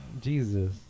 Jesus